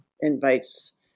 invites